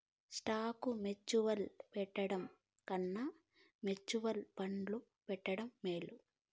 stock mutual పెట్టుబడి కన్నా mutual ఫండ్లో పెట్టడం మేలు